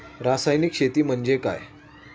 रासायनिक शेती म्हणजे काय?